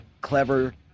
clever